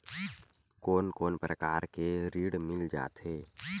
कोन कोन प्रकार के ऋण मिल जाथे?